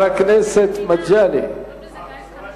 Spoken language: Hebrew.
קוראים לזה גיס חמישי.